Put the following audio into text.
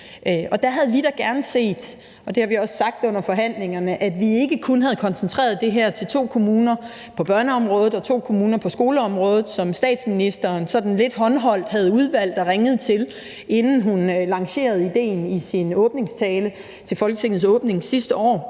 Og der havde vi da gerne set – det har vi også sagt under forhandlingerne – at vi ikke kun havde koncentreret det her til to kommuner på børneområdet og to kommuner på skoleområdet, som statsministeren sådan lidt håndholdt havde udvalgt og ringet til, inden hun lancerede idéen i sin åbningstale til Folketingets åbning sidste år,